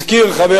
הזכיר חבר